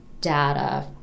data